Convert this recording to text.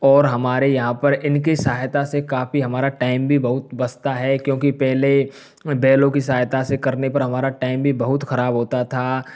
और हमारे यहाँ पर इन की सहायता से काफ़ी हमारा टाइम भी बहुत बचता है क्योंकि पहले बैलों की सहायता से करने पर हमारा टाइम भी बहुत ख़राब होता था